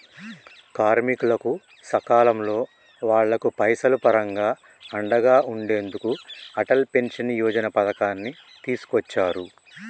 కార్మికులకు సకాలంలో వాళ్లకు పైసలు పరంగా అండగా ఉండెందుకు అటల్ పెన్షన్ యోజన పథకాన్ని తీసుకొచ్చారు